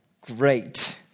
Great